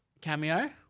cameo